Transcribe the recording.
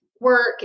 work